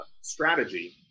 strategy